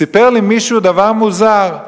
סיפר לי מישהו דבר מוזר,